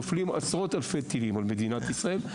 נופלים עשרות אלפי טילים על מדינת ישראל,